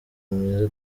mwiza